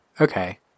Okay